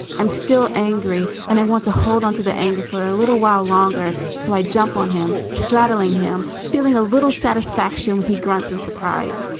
i'm still angry, and i want to hold onto the anger for a little while longer. so i jump on him, straddling him, feeling a little satisfaction when he grants and surprise.